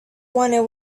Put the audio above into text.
wanted